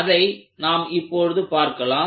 அதை நாம் இப்போது பார்க்கலாம்